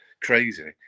crazy